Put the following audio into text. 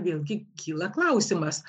vėlgi kyla klausimas